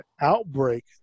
outbreak